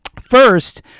First